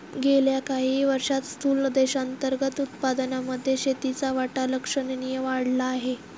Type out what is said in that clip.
गेल्या काही वर्षांत स्थूल देशांतर्गत उत्पादनामध्ये शेतीचा वाटा लक्षणीय वाढला आहे